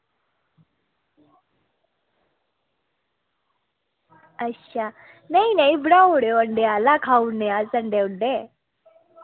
नेईं नेईं बनाई ओड़ेओ अंडे आह्ला खाई ओड़ने अस अंडे आह्ला